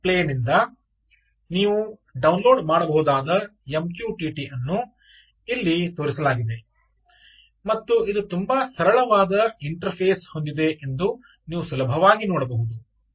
Google ಪ್ಲೇನಿಂದ ನೀವು download ಮಾಡಬಹುದಾದ MQTT ಅನ್ನು ಇಲ್ಲಿ ತೋರಿಸಲಾಗಿದೆ ಮತ್ತು ಇದು ತುಂಬಾ ಸರಳವಾದ ಇಂಟರ್ಫೇಸ್ ಹೊಂದಿದೆ ಎಂದು ನೀವು ಸುಲಭವಾಗಿ ನೋಡಬಹುದು